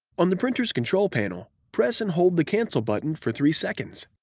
on the printer's control panel, press and hold the cancel button for three seconds.